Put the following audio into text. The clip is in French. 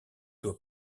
doit